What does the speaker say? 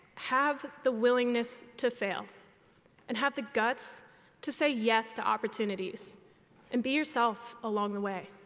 have the willingness to fail and have the guts to say yes to opportunities and be yourself along the way.